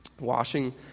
Washing